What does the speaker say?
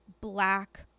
black